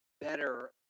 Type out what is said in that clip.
better